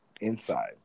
inside